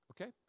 Okay